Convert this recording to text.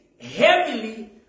heavily